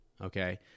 Okay